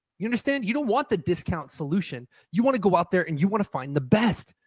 you understand? you don't want the discount solution. you want to go out there and you want to find the best.